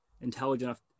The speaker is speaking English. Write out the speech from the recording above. intelligent